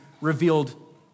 revealed